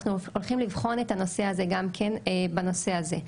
אנחנו הולכים לבחון את הנושא הזה גם כן בנושא הזה.